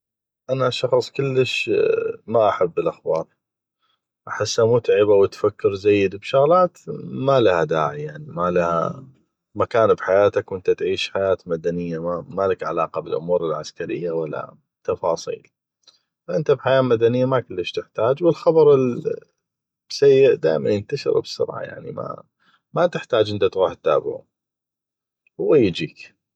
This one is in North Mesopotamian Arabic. أنا شخص كلش ما احب الاخبار احسه متعبه وتفكر زيد بشغلات ما لها داعي ما لها مكان بحياتك وانته تعيش حياه مدنية ما لك علاقة بالامور العسكرية ولا التفاصيل انته بحياة مدنيه ما كلش تحتاج ولخبر السيء دائما ينتشر بسرعه ما تحتاج انته تغوح تتابعو هو يجيك